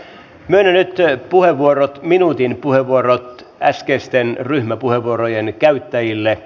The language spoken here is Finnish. myönnän nyt minuutin puheenvuorot äskeisten ryhmäpuheenvuorojen käyttäjille